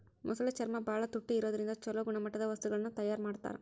ಮೊಸಳೆ ಚರ್ಮ ಬಾಳ ತುಟ್ಟಿ ಇರೋದ್ರಿಂದ ಚೊಲೋ ಗುಣಮಟ್ಟದ ವಸ್ತುಗಳನ್ನ ತಯಾರ್ ಮಾಡ್ತಾರ